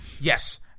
Yes